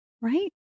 right